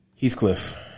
Heathcliff